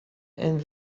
and